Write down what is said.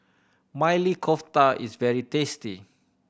Maili Kofta is very tasty